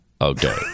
Okay